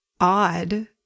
odd